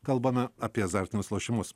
kalbame apie azartinius lošimus